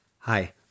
Hi